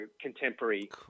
contemporary